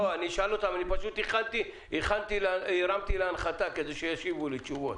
אני פשוט הרמתי להנחתה כדי שישיבו לי תשובות.